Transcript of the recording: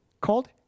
called